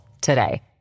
today